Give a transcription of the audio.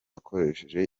akoresheje